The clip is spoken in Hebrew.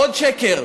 עוד שקר.